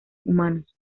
humanos